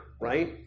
right